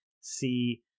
see